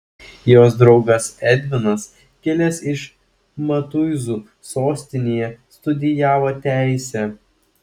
jos draugas edvinas kilęs iš matuizų sostinėje studijavo teisę